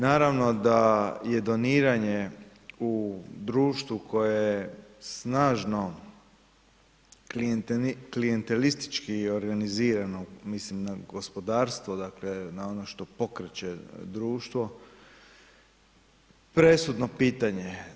Naravno da je doniranje u društvu koje je snažno klijentelistički organizirano, mislim na gospodarstvo, dakle na ono što pokreće društvo, presudno pitanje.